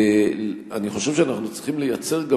אני חושב שאנחנו צריכים לייצר גם